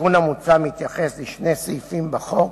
התיקון המוצע מתייחס לשני סעיפים בחוק